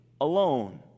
alone